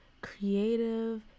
creative